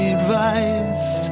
advice